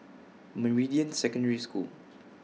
Meridian Secondary School